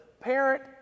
parent